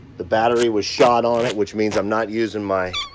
the battery was shot on it, which means i'm not using my.